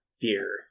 Fear